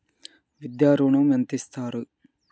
విద్యా ఋణం ఎంత ఇస్తారు?